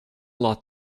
lot